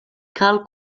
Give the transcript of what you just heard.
cal